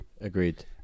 agreed